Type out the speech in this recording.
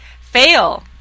fail